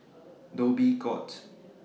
Dhoby Ghaut